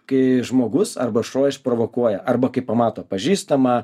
kai žmogus arba šuo išprovokuoja arba kai pamato pažįstamą